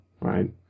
right